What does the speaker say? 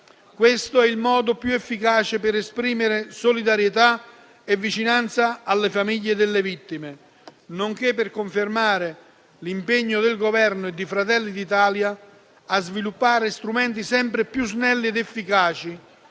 Questo è il modo più efficace per esprimere solidarietà e vicinanza alle famiglie delle vittime, nonché per confermare l'impegno del Governo e di Fratelli d'Italia a sviluppare strumenti sempre più snelli ed efficaci